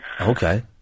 Okay